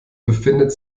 befindet